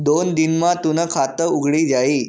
दोन दिन मा तूनं खातं उघडी जाई